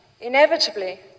inevitably